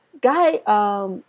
guy